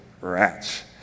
rats